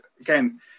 again